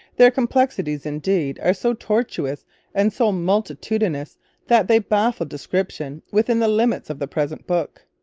their complexities, indeed, are so tortuous and so multitudinous that they baffle description within the limits of the present book.